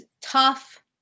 tough